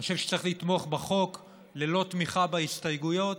אני חושב שצריך לתמוך בחוק ללא תמיכה בהסתייגויות